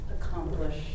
accomplish